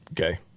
Okay